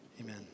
Amen